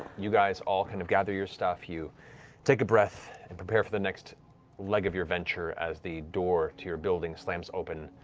you guys all kind of gather your stuff, you take a breath and prepare for the next leg of your venture as the door to your building slams open,